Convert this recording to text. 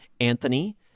Anthony